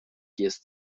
jest